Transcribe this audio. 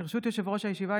ברשות יושב-ראש הישיבה,